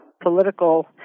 political